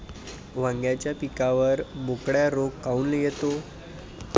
वांग्याच्या पिकावर बोकड्या रोग काऊन येतो?